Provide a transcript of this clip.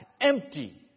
empty